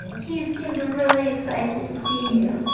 he seemed really excited to see you.